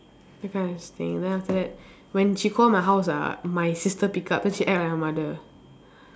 that kind of thing then after that when she call my house ah my sister pick up then she act like my mother